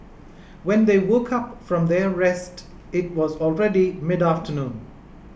when they woke up from their rest it was already mid afternoon